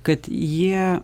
kad jie